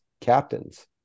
captains